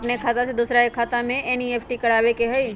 अपन खाते से दूसरा के खाता में एन.ई.एफ.टी करवावे के हई?